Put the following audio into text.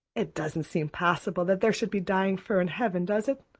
it doesn't seem possible that there should be dying fir in heaven, does it?